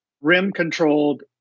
rim-controlled